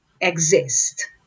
exist